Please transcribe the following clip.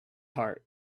heart